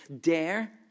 dare